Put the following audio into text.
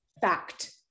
fact